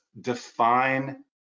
define